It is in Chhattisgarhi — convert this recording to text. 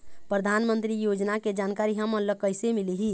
परधानमंतरी योजना के जानकारी हमन ल कइसे मिलही?